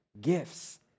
gifts